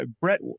brett